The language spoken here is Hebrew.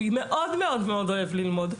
הוא מאוד מאוד אוהב ללמוד,